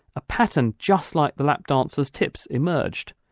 a pattern just like the lap dancers' tips emerged.